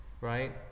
right